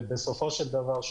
ובסופו של דבר,